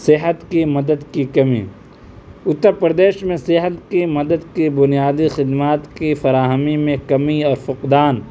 صحت کی مدد کی کمی اُتّرپردیش میں صحت کی مدد کی بنیادی خدمات کی فراہمی میں کمی یا فقدان